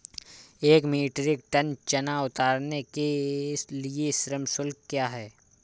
एक metric ton चना उतारने के लिए श्रम शुल्क क्या है?